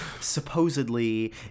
supposedly